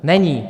Není.